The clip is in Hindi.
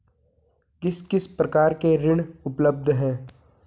किस किस प्रकार के ऋण उपलब्ध हैं?